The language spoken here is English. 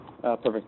Perfect